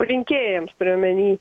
rinkėjams turiu omeny